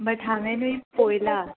but हांवेंनूय पोयलां